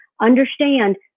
Understand